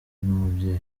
n’umubyeyi